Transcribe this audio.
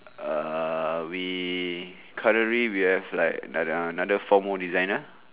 err we currently we have like another uh another four more designer